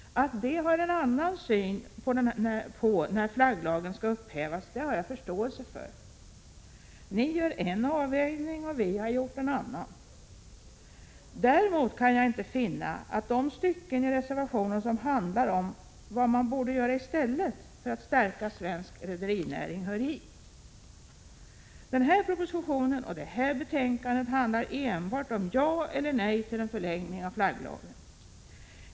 Att de har en annan syn på när flagglagen skall upphävas har jag förståelse för. Ni gör en avvägning, vi har gjort en annan. Däremot kan jag inte finna att de stycken i reservationen som handlar om vad man borde göra i stället för att stärka svensk rederinäring hör hit. Den här propositionen och det här betänkandet handlar enbart om ja eller nej till en förlängning av flagglagen.